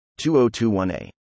2021a